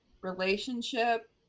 relationship